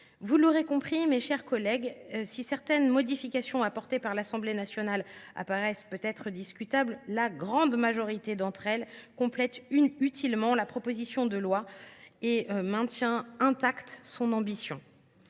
Vous l’aurez compris, mes chers collègues, si certaines modifications apportées par l’Assemblée nationale apparaissent peut être discutables, la grande majorité d’entre elles complètent utilement la proposition de loi et maintiennent intacte son ambition.